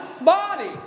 body